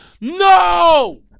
no